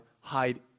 Hide